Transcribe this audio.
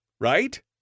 right